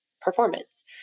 performance